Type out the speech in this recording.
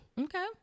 Okay